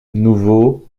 nouveau